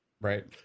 Right